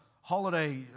holiday